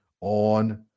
on